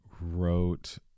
wrote